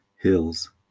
hills